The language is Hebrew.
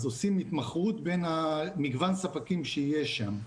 אז עושים התמחרות בין מגוון הספקים שיש שם.